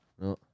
No